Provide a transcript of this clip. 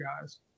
guys